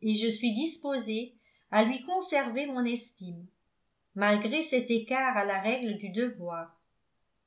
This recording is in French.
et je suis disposée à lui conserver mon estime malgré cet écart à la règle du devoir